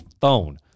phone